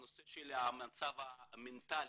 נושא מצב מנטלי,